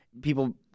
People